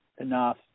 enough